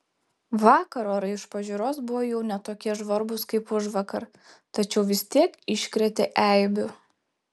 vakar orai iš pažiūros buvo jau ne tokie žvarbūs kaip užvakar tačiau vis tiek iškrėtė eibių